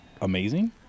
amazing